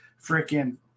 freaking